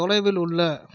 தொலைவில் உள்ள